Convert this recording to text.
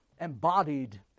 embodied